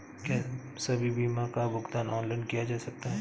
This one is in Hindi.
क्या सभी बीमा का भुगतान ऑनलाइन किया जा सकता है?